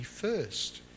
first